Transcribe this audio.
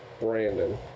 Brandon